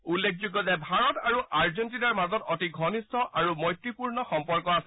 উল্লেখযোগ্য যে ভাৰত আৰু আৰ্জেণ্টিনাৰ মাজত অতি ঘণিষ্ঠ আৰু মৈত্ৰীপূৰ্ণ সম্পৰ্ক আছে